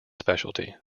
specialty